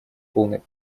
полной